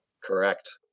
Correct